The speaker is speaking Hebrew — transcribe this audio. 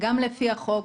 לפי החוק,